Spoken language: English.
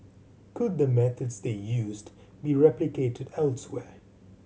could the methods they used be replicated elsewhere